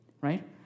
right